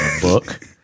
book